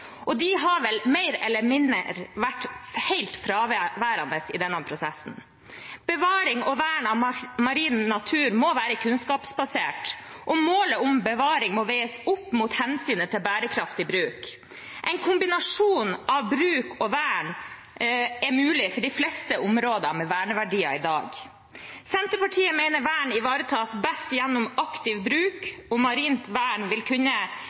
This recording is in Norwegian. og de har vel mer eller mindre vært helt fraværende i denne prosessen. Bevaring og vern av marin natur må være kunnskapsbasert, og målet om bevaring må veies opp mot hensynet til bærekraftig bruk. En kombinasjon av bruk og vern er mulig for de fleste områder med verneverdier i dag. Senterpartiet mener at vern ivaretas best gjennom aktiv bruk – og marint vern vil kunne